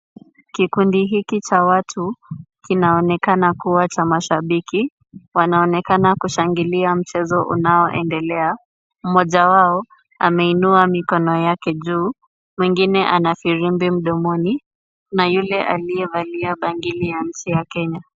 Kikundi hiki cha watu kinaonekana kuwa cha mashabiki. Wanaonekana kushangilia mchezo ambao unaendelea. Mmoja wao ameinua mikono yake juu, mwingine ana firimbi mdomoni na yule aliyevalia bangili ya nchi ya Kenya.